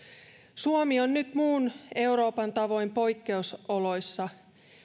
suomi on nyt muun euroopan tavoin poikkeusoloissa